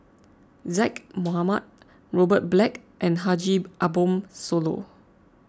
Zaqy Mohamad Robert Black and Haji Ambo Sooloh